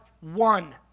one